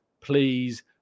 please